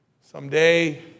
Someday